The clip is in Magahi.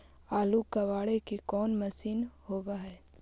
आलू कबाड़े के कोन मशिन होब है?